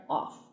off